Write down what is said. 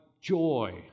joy